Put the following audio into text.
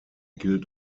gilt